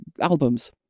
albums